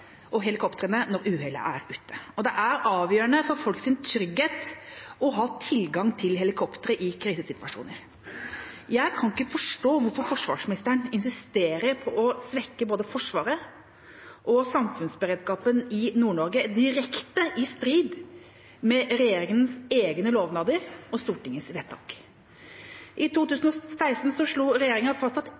når uhellet er ute. Det er avgjørende for folks trygghet å ha tilgang til helikoptre i krisesituasjoner. Jeg kan ikke forstå hvorfor forsvarsministeren insisterer på å svekke både Forsvaret og samfunnsberedskapen i Nord-Norge, direkte i strid med regjeringas egne lovnader og Stortingets vedtak. I 2016 slo regjeringa fast at